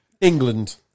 England